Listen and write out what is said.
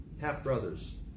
half-brothers